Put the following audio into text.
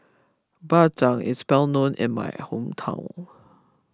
Bak Chang is well known in my hometown